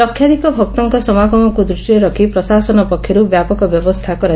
ଲକ୍ଷାଧିକ ଭକ୍ତଙ୍କ ସମାଗମକୁ ଦୂଷ୍କିରେ ରଖି ପ୍ରଶାସନ ପକ୍ଷରୁ ବ୍ୟାପକ ବ୍ୟବସ୍ରୁ